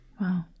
Wow